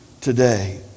today